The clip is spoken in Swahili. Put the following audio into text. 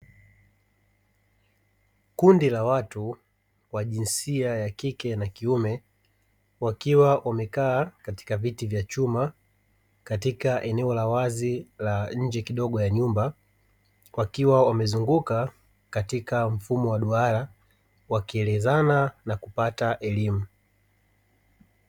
Kundi la watu wa jinsia ya kike na kiume wakiwa wamekaa katika viti vya chuma katika eneo la wazi la nje kidogo ya nyumba wakiwa wamezunguka katika mfumo wa duara wakielezana na kupata elimu.